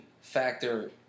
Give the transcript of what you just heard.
factor